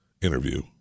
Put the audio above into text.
interview